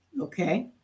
Okay